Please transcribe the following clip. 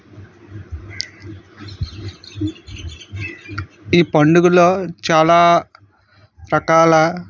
ఈ పండుగలో చాలా రకాల